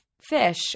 fish